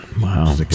Wow